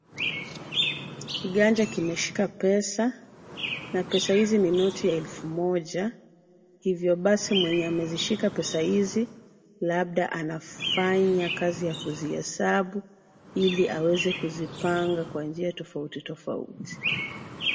Kiganja kimeshika pesa. Na pesa hizi ni noti ya elfu moja hivyo basi mwenye amezishika pesa hizi labda anafanya kazi ya kuzihesabu ili aweze kuzipanga kwa njia tofautitofauti.